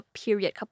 period